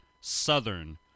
southern